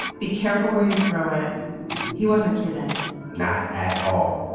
be careful where you throw it he wasn't kidding not at all.